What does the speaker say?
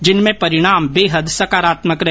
जिनमें परिणाम बेहद सकारात्मक रहे